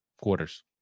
Quarters